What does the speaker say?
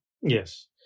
Yes